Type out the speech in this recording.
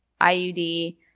IUD –